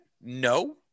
No